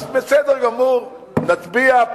אז בסדר גמור, נצביע,